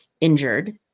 injured